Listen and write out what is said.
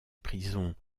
prison